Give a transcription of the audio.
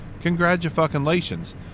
Congratulations